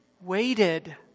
waited